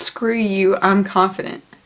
scream you i'm confident